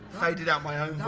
faded out my own